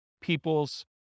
people's